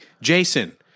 Jason